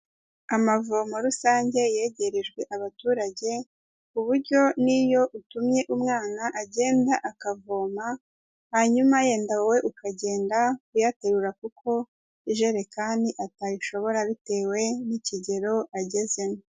Amavomo rusange yegerejwe abaturage ku buryo n'iyo utumye umwana agenda akavoma, hanyuma yenda wowe ukagenda uyaterura kuko ijerekani atayishobora bitewe n'ikigero agezemo.